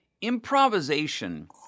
improvisation